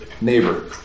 neighbor